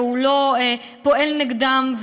והוא לא פועל נגדם,